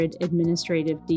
administrative